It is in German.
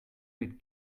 mit